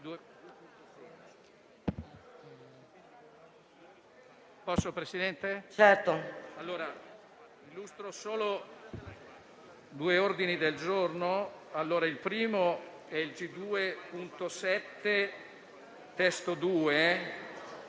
Il primo è il G2.7 (testo 2),